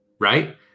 right